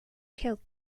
killed